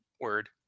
Word